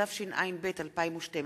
התשע"ב 2012,